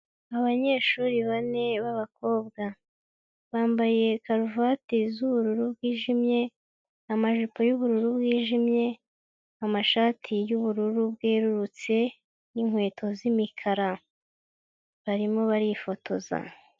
Abanyeshuri bane b'abakobwa, bambaye karuvati z'ubururu bwijimye, amajipo y'ubururu bwijimye, amashati y'ubururu bwerurutse, n'inkweto z'imikara barimo barifotoza.